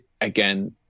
again